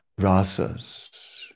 rasas